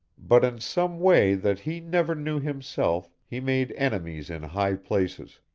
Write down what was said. but in some way that he never knew himself he made enemies in high places.